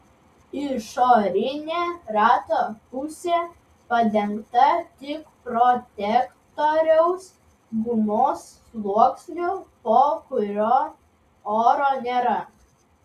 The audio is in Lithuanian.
išorinė rato pusė padengta tik protektoriaus gumos sluoksniu po kuriuo oro nėra